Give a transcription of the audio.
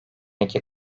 iki